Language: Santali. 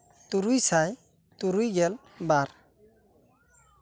ᱛᱩᱨᱩᱭ ᱥᱟᱭ ᱛᱩᱨᱩᱭ ᱜᱮᱞ ᱵᱟᱨ